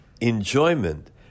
enjoyment